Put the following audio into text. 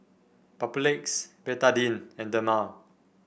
Papulex Betadine and Dermale